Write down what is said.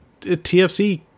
TFC